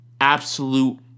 Absolute